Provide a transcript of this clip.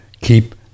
keep